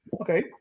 Okay